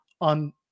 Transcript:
on